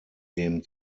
dem